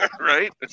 right